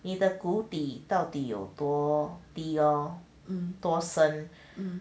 你的谷底到底有多的深